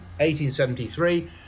1873